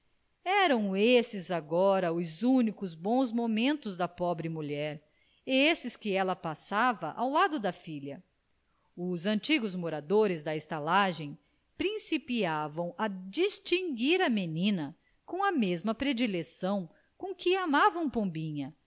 eram esses agora os únicos bons momentos da pobre mulher esses que ela passava ao lado da filha os antigos moradores da estalagem principiavam a distinguir a menina com a mesma predileção com que amavam pombinha